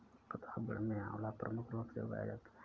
प्रतापगढ़ में आंवला प्रमुख रूप से उगाया जाता है